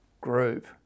group